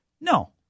No